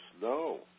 No